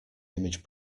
image